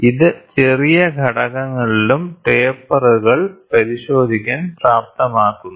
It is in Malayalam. ഇത് ചെറിയ ഘടകങ്ങളിലും ടേപ്പറുകൾ പരിശോധിക്കാൻ പ്രാപ്തമാക്കുന്നു